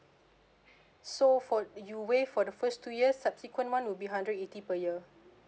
so for you waive for the first two years subsequent month will be hundred eighty per year